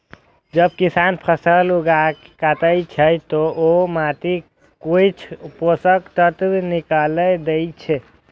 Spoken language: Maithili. जब किसान फसल उगाके काटै छै, ते ओ माटिक किछु पोषक तत्व निकालि दै छै